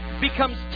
becomes